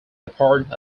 part